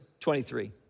23